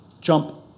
jump